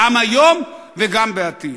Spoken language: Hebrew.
גם היום וגם בעתיד.